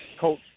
Coach